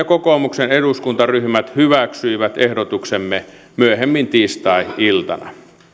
kokoomuksen eduskuntaryhmät hyväksyivät ehdotuksemme myöhemmin tiistai iltana